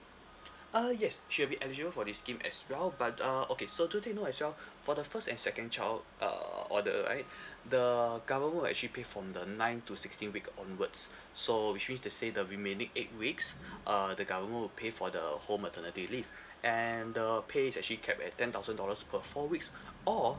uh yes she will be eligible for this scheme as well but uh okay so do take note as well for the first and second child err order right the government will actually pay from the ninth to sixteenth week onwards so which means to say the remaining eight weeks uh the government will pay for the whole maternity leave and the pay is actually capped at ten thousand dollars per four weeks or